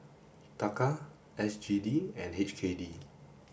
Taka S G D and H K D